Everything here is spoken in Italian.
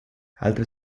altri